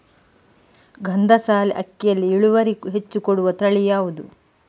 ಗಂಧಸಾಲೆ ಅಕ್ಕಿಯಲ್ಲಿ ಇಳುವರಿ ಹೆಚ್ಚು ಕೊಡುವ ತಳಿ ಯಾವುದು?